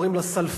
שקוראים לה סלפית.